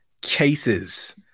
cases